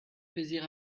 plaisir